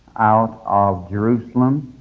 out of jerusalem,